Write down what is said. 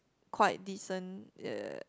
quite decent eh